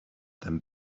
them